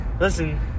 listen